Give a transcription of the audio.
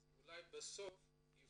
אז אולי בסוף יפנו אליכם.